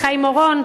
חיים אורון,